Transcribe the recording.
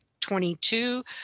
22